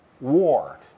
war